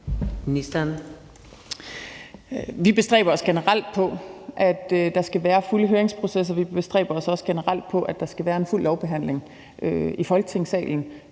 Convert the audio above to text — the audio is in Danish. Vi bestræber os generelt på, at der skal være fulde høringsprocesser. Vi bestræber os også generelt på, at der skal være en fuld lovbehandling i Folketingssalen.